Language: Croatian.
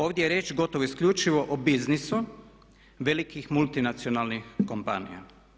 Ovdje je riječ gotovo isključivo o biznisu velikih multinacionalnih kompanija.